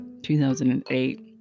2008